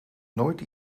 nooit